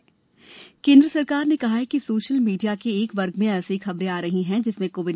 फुर्जी खबरें केंद्र सरकार ने कहा है कि सोशल मीडिया के एक वर्ग में ऐसी खबरें आ रही हैं जिसमें कोविड